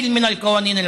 (אומר דברים בשפה